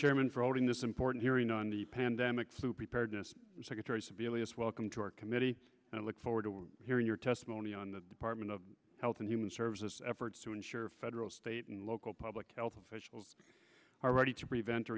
chairman for owning this important hearing on the pandemic flu preparedness secretary sebelius welcome to our committee and i look forward to hearing your testimony on the department of health and human services efforts to ensure federal state and local public health officials are ready to prevent